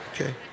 Okay